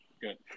Good